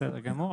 בסדר גמור.